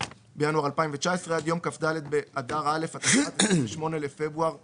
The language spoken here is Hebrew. בינואר 2019) עד יום כ"ג באדר א' התשע"ט (28 בפברואר 2019);"